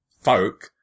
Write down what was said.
folk